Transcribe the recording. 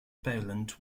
poland